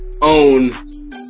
own